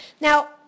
Now